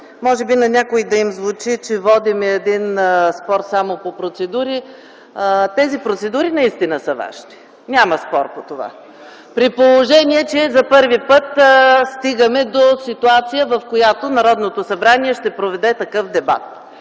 макар и на някои да им звучи, че водим един спор само по процедури, тези процедури наистина са важни, няма спор по това, при положение че за първи път стигаме до ситуация, в която Народното събрание ще проведе такъв дебат.